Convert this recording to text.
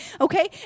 okay